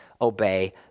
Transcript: obey